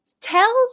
tells